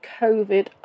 COVID